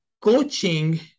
coaching